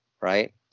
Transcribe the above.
right